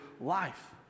life